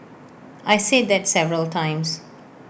I said that several times